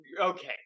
Okay